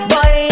Boy